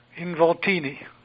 involtini